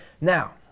now